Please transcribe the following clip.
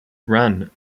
run